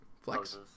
Flex